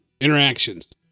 interactions